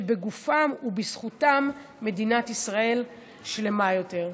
שבגופם ובזכותם מדינת ישראל שלמה יותר.